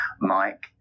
Mike